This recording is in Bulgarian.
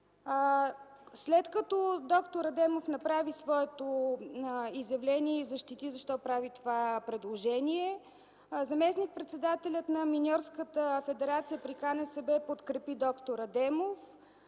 След като д-р Адемов направи своето изявление и защити защо прави предложението, заместник-председателят на Миньорската федерация при КНСБ подкрепи д-р Адемов.